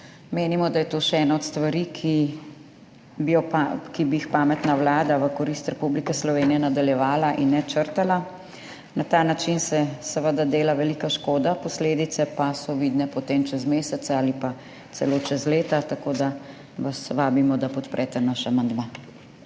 Menimo, da je to še ena od stvari, ki bi jih pametna vlada v korist Republike Slovenije nadaljevala in ne črtala. Na ta način se seveda dela velika škoda, posledice pa so vidne potem čez mesece ali pa celo čez leta, tako da vas vabimo, da podprete naš amandma.